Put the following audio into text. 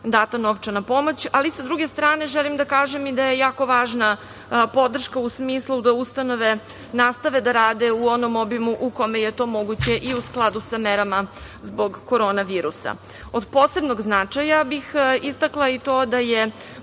data novčana pomoć. S druge strane, želim da kažem da je jako važna podrška u smislu da ustanove nastave da rade u onom obimu u kome je to moguće i u skladu sa merama zbog korona virusa. Od posebnog značaja bih istakla i to da je